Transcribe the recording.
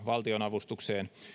valtionavustukseen